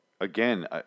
again